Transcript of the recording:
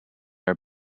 are